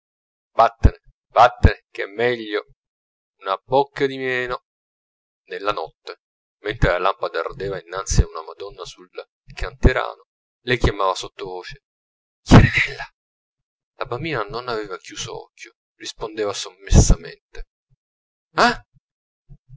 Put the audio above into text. vattene vattene che è meglio una bocca di meno nella notte mentre la lampada ardeva innanzi a una madonna sul canterano lei chiamava sotto voce chiarinella la bambina non avea chiuso occhio rispondeva sommessamente ah